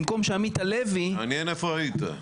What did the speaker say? במקום שעמית הלוי --- מעניין איפה היית,